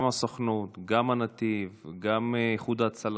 גם הסוכנות, גם נתיב, גם איחוד הצלה,